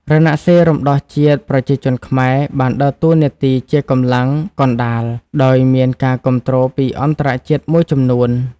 រណសិរ្សរំដោះជាតិប្រជាជនខ្មែរបានដើរតួនាទីជាកម្លាំងកណ្តាល ដោយមានការគាំទ្រពីអន្តរជាតិមួយចំនួន។